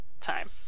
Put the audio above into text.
time